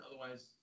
Otherwise